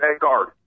guard